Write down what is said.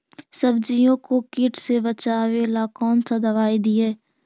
सब्जियों को किट से बचाबेला कौन सा दबाई दीए?